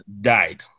died